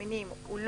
היה